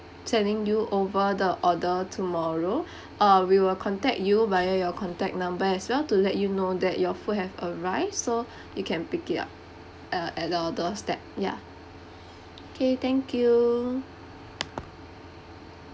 sending you over the order tomorrow uh we will contact you via your contact number as well to let you know that your food have arrived so you can pick it up uh at your doorstep okay thank you